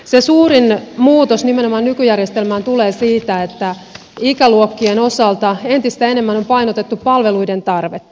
se suurin muutos nykyjärjestelmään tulee nimenomaan siitä että ikäluokkien osalta entistä enemmän on painotettu palveluiden tarvetta